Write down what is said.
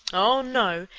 oh, no!